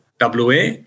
WA